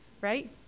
right